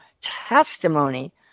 testimony